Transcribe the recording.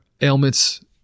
ailments